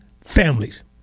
families